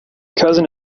cousin